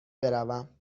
بروم